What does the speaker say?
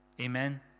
amen